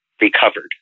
recovered